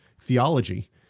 theology